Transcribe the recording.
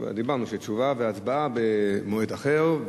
דיברנו שתשובה והצבעה במועד אחר.